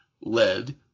lead